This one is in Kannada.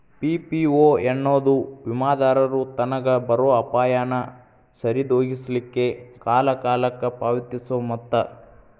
ಪಿ.ಪಿ.ಓ ಎನ್ನೊದು ವಿಮಾದಾರರು ತನಗ್ ಬರೊ ಅಪಾಯಾನ ಸರಿದೋಗಿಸ್ಲಿಕ್ಕೆ ಕಾಲಕಾಲಕ್ಕ ಪಾವತಿಸೊ ಮೊತ್ತ